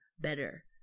better